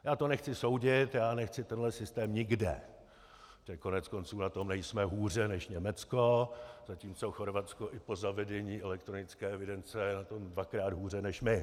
Já to nechci soudit, já nechci tenhle systém nikde, protože koneckonců na tom nejsme hůře než Německo, zatímco Chorvatsko i po zavedení elektronické evidence je na tom dvakrát hůře než my.